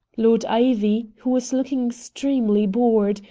lord ivy, who was looking extremely bored,